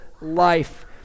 life